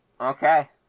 okay